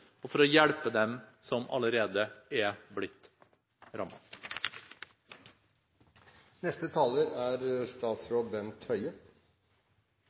og for å hjelpe dem som allerede er blitt